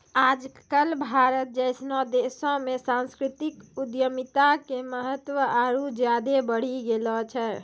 आज कल भारत जैसनो देशो मे सांस्कृतिक उद्यमिता के महत्त्व आरु ज्यादे बढ़ि गेलो छै